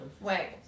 Wait